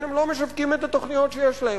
הם לא משווקים את התוכניות שיש להם.